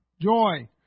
Joy